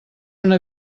una